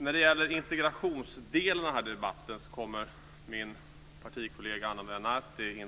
När det gäller integrationsdelen av den här debatten kommer min partikollega Ana Maria Narti